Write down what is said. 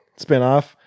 spinoff